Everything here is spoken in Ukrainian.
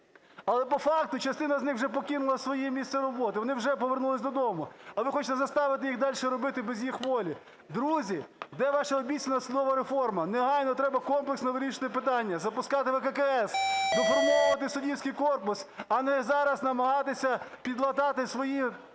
але по факту частина з них вже покинула своє місце роботи, вони вже повернулися додому. А ви хочете заставити їх дальше робити без їх волі! Друзі, де ваше обіцяне слово "реформа"? Негайно треба комплексно вирішувати питання, запускати ВККС, доформовувати суддівський корпус, а не зараз намагатися підлатати свої